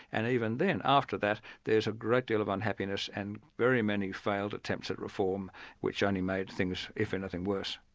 and even then, after that, there's a great deal of unhappiness and very many failed attempts at reform which only made things, if anything, worse.